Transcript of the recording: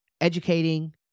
educating